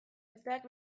besteak